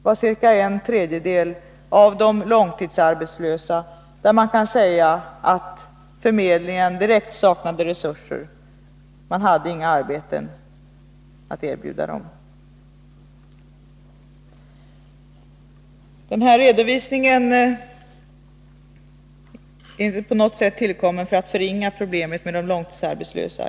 För ca en tredjedel av de långtidsarbetslösa saknade förmedlingen helt resurser; man hade inget arbete att erbjuda dem. Den här redovisningen är inte på något sätt tillkommen för att förringa problemen med de långtidsarbetslösa.